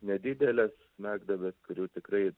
nedidelės smegduobes kurių tikrai